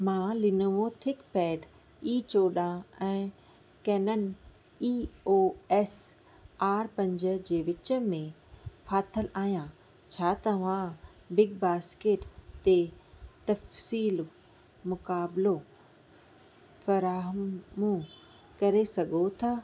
मां Lenovo ThinkPad E चोॾहं ऐं Canon E O S R पंज जे विच में फाथल आहियां छा तव्हां बिगबास्केट ते तफ़सील मुक़ाबिलो फराहमु करे सघो था